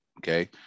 Okay